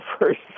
first